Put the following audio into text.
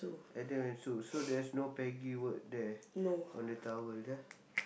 Adam and Sue so there's no Peggy word there on the towel ya